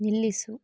ನಿಲ್ಲಿಸು